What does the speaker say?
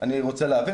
אני רוצה להבין.